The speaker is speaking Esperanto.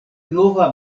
nova